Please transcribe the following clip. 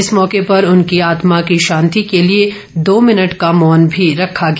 इस मौके पर उनकी आत्मा की शांति के लिए दो भिनट का मौन भी रखा गया